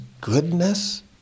goodness